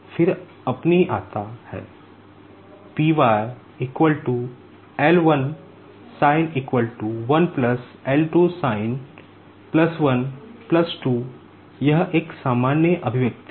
फिर अपनी आता है Py L1 sin 1 L2 sin यह एक सामान्य अभिव्यक्ति है